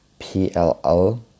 PLL